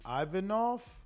Ivanov